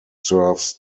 serves